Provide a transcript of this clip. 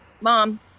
mom